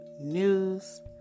news